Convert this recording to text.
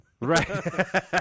Right